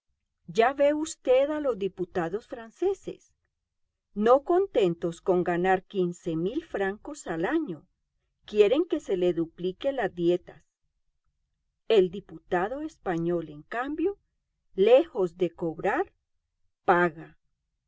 ya ve usted a los diputados franceses no contentos con ganar quince mil francos al año quieren que se les dupliquen las dietas el diputado español en cambio lejos de cobrar paga